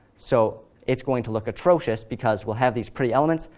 so it's going to look atrocious because we'll have these pretty elements,